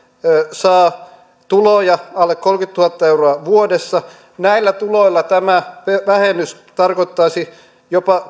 saa tuloja alle kolmekymmentätuhatta euroa vuodessa näillä tuloilla tämä vähennys tarkoittaisi jopa